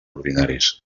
ordinaris